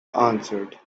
answered